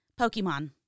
Pokemon